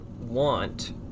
want